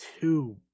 two